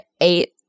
eight